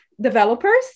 developers